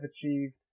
achieved